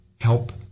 help